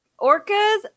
Orcas